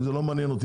לא מעניין אתי.